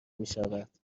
میشود